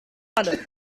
falle